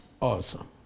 awesome